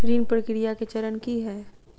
ऋण प्रक्रिया केँ चरण की है?